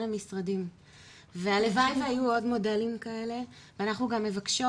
המשרדים והלוואי שהיו עוד מודלים כאלה ואנחנו גם מבקשות,